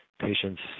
Patients